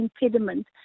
impediment